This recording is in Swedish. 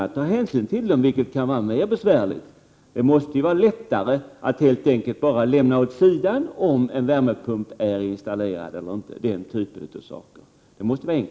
Att ta hänsyn till dem kunde vara besvärligare. Det måste ju vara lättare att helt enkelt bara bortse från om t.ex. en värmepump är installerad eller ej.